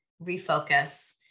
refocus